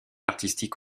artistique